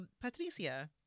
Patricia